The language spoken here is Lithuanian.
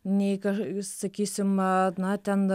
nei kas jūs sakysim a na ten